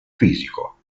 fisico